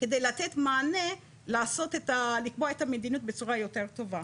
על מנת לתת מענה לקבוע את המדיניות בצורה יותר טובה.